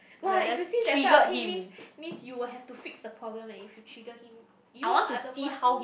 !wah! if you see that side of him means means you will have to fix the problem eh if you trigger him you are the one